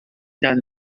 done